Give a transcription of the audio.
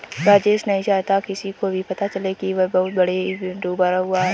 राजेश नहीं चाहता किसी को भी पता चले कि वह बहुत बड़े ऋण में डूबा हुआ है